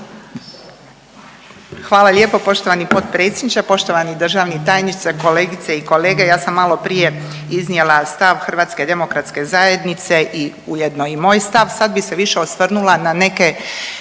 Hvala lijepo poštovani potpredsjedniče, poštovani državni tajniče, kolegice i kolege. Ja sam malo prije iznijela stav Hrvatske demokratske zajednice i ujedno i moj stav. Sad bih se više osvrnula na neke